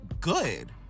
good